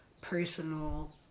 personal